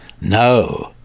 No